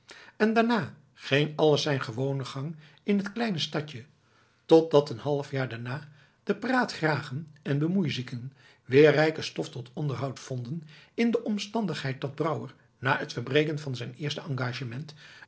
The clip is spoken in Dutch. en daarna ging alles zijn gewonen gang in het kleine stadje totdat een halfjaar daarna de praatgragen en bemoeizieken weer rijke stof tot onderhoud vonden in de omstandigheid dat brouwer na het verbreken van zijn eerste engagement